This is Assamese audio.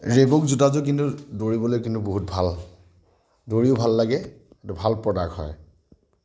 ৰিবুক জোতাযোৰ কিন্তু দৌৰিবলৈ কিন্তু বহুত ভাল দৌৰিও ভাল লাগে এইটো ভাল প্ৰডাক্ট হয়